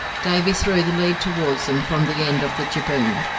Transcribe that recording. davy threw the lead towards them from the end of the jibboom,